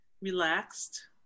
relaxed